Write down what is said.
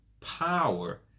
power